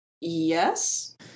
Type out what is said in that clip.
yes